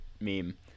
meme